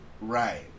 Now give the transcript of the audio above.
Right